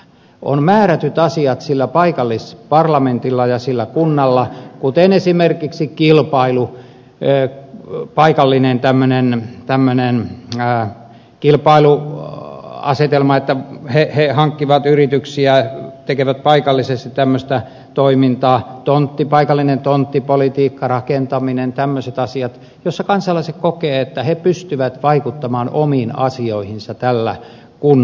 on määrätyt asiat sillä paikallisparlamentilla ja sillä kunnalla kuten esimerkiksi kilpailu paikallinen tämmöinen kilpailuasetelma että he hankkivat yrityksiä tekevät paikallisesti tämmöistä toimintaa paikallinen tonttipolitiikka rakentaminen tämmöiset asiat joissa kansalaiset kokevat että he pystyvät vaikuttamaan omiin asioihinsa tällä kunnan alueella